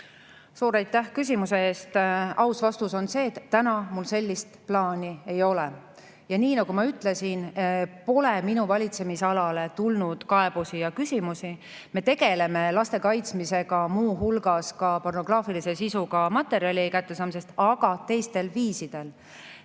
Suur aitäh küsimuse eest! Aus vastus on see, et täna mul sellist plaani ei ole. Nagu ma ütlesin, pole minu valitsemisalasse tulnud kaebusi ega küsimusi. Me tegeleme laste kaitsmisega muu hulgas ka pornograafilise sisuga materjali kättesaamise eest, aga teistel viisidel.